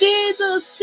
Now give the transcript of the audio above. Jesus